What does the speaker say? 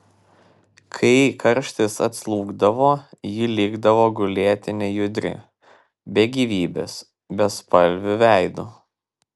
kai karštis atslūgdavo ji likdavo gulėti nejudri be gyvybės bespalviu veidu